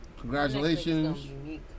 Congratulations